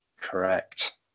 Correct